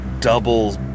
double